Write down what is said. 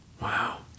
Wow